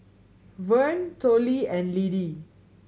Verne Tollie and Lidie